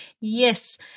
Yes